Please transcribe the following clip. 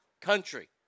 country